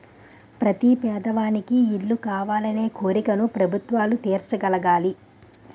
ప్రతి పేదవానికి ఇల్లు కావాలనే కోరికను ప్రభుత్వాలు తీర్చగలగాలి